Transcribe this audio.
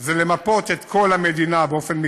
הם למפות את כל המדינה באופן מקצועי,